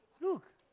Look